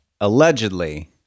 allegedly